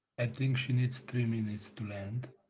i think she needs three minutes to land.